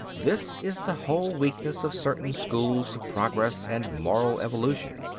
this is the whole weakness of certain schools of progress and moral evolution.